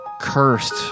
cursed